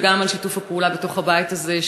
וגם על שיתוף הפעולה בתוך הבית הזה,